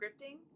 scripting